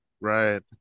Right